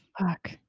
Fuck